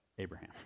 Abraham